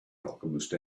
alchemist